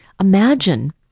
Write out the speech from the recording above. Imagine